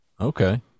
Okay